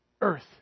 earth